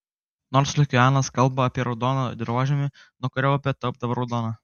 nors lukianas kalba apie raudoną dirvožemį nuo kurio upė tapdavo raudona